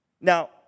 Now